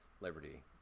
Liberty